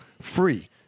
free